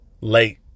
Late